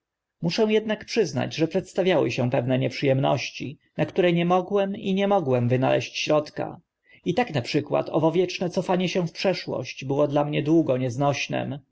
muszę ednak przyznać że przedstawiały się pewne nieprzy emności na które nie mogłem i nie mogłem wynaleźć środka i tak na przykład owo wieczne cofanie się w przeszłość było dla mnie długo nieznośnym